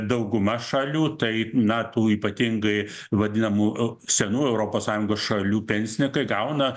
dauguma šalių tai na tų ypatingai vadinamų u senų europos sąjungos šalių pensininkai gauna